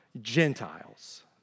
Gentiles